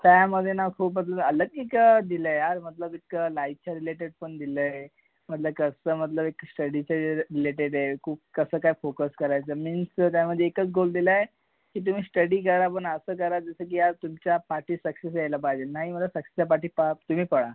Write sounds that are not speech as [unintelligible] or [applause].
त्याआहे ना खूपच लकी क दिले यार मतलब इतकं लाईफच्या रिलेटेड पण दिलं आहे हे मधल्या [unintelligible] चं मधलं एक [unintelligible] रिलेटेड आहे कसं काय फोकस करायचं मिन्स त्यामध्ये एकच गोल दिला आहे की तुम्ही स्टडी करा पण असा करा की जसं की आज तुमच्या पाठी सक्सेस यायला पाहिजे नाही म्हणा सक्सेसच्या पाठी पा तुम्ही पळा